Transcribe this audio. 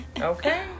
Okay